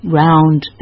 round